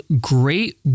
great